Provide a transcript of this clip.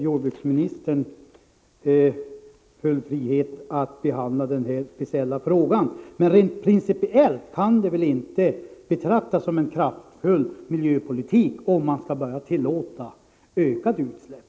Jordbruksministern har ändå full frihet att behandla den här speciella frågan, men rent principiellt kan det väl inte betraktas som en kraftfull miljöpolitik, om man skall börja tillåta ökade utsläpp.